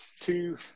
two